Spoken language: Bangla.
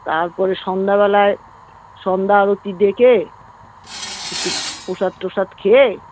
তারপরে সন্ধ্যাবেলায় সন্ধ্যা আরতি দেখে একটু প্রসাদ টোসাদ খেয়ে